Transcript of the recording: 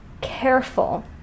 careful